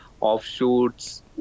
offshoots